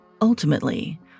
Ultimately